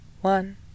One